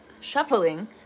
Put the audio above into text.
shuffling